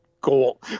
goal